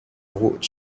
watch